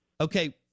Okay